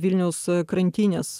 vilniaus krantinės